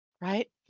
right